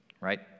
Right